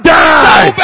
die